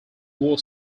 war